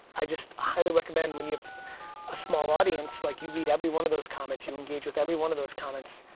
i just highly recommend when you have a small audience like you read every one of those comments, you engage with every one of those comments,